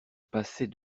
passait